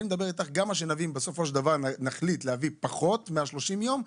גם אם בסופו של דבר נחליט להביא פחות מ-30 יום,